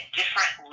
different